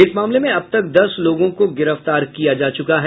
इस मामले में अब तक दस लोगों को गिरफ्तार किया जा चुका है